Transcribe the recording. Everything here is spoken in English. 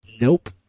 Nope